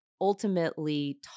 ultimately